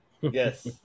Yes